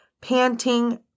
panting